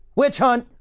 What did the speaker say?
witch hunt.